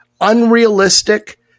unrealistic